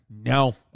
No